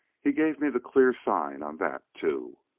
he gave me the clear sign on that, too.